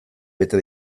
bete